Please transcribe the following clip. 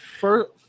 first